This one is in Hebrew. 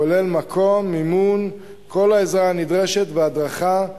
כולל מקום, מימון, כל העזרה הנדרשת והדרכה.